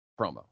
promo